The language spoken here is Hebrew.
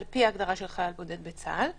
על פי ההגדרה של חייל בודד בצה"ל.